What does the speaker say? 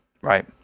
right